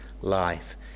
life